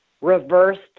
reversed